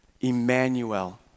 Emmanuel